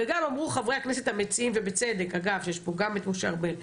וגם אמרו חברי הכנסת המציעים ובצדק שיש פה גם את משה ארבל,